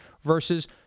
versus